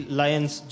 lion's